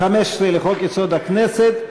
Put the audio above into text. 15 לחוק-יסוד: הכנסת,